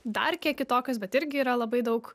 dar kiek kitokios bet irgi yra labai daug